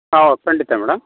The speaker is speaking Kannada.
ಓ ಖಂಡಿತ ಮೇಡಮ್